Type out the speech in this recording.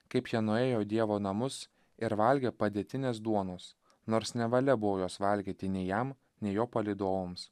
kaip jie nuėjo į dievo namus ir valgė padėtinės duonos nors nevalia buvo jos valgyti nei jam nei jo palydovams